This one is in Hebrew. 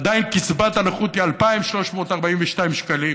עדיין קצבת הנכות היא 2,342 שקלים.